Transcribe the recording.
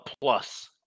plus